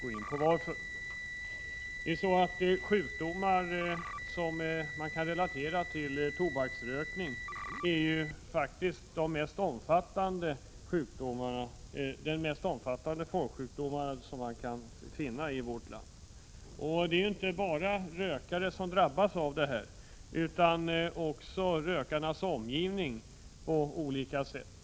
Jag skall närmare gå in på orsakerna till vårt ställningstagande. De sjukdomar som kan relateras till tobaksrökning är faktiskt de vanligaste i vårt land, och det är inte bara rökare som drabbas. Även personer i omgivningen drabbas på olika sätt.